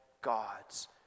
gods